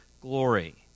glory